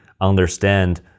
understand